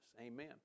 Amen